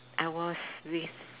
I was with